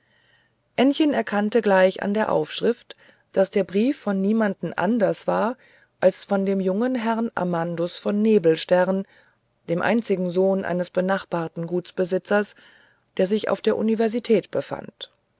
ännchen erkannte gleich an der aufschrift daß der brief von niemanden anders war als von dem jungen herrn amandus von nebelstern dem einzigen sohn eines benachbarten gutsbesitzers der sich auf der universität befand